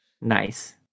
Nice